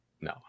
No